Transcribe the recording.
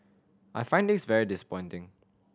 I find this very disappointing